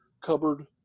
cupboard